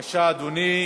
בבקשה, אדוני.